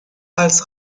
als